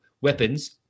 weapons